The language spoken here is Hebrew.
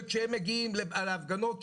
שכשהם מגיעים להפגנות,